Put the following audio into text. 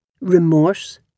remorse